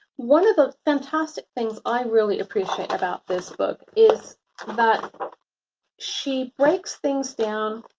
one of the fantastic things i really appreciate about this book is that she breaks things down,